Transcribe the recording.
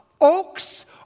oaks